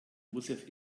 joseph